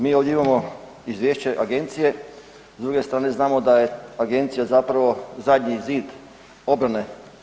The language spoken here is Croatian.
Mi ovdje imamo izvješće agencije, s druge strane znamo da je agencija zapravo zadnji zid obrane.